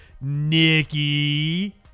Nikki